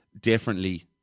differently